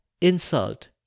insult